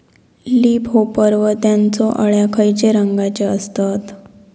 Leaf hopper व त्यानचो अळ्या खैचे रंगाचे असतत?